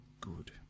Good